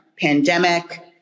pandemic